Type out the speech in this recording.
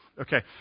Okay